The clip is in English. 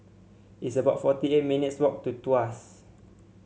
it's about forty eight minutes' walk to Tuas